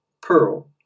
pearl